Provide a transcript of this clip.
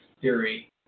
theory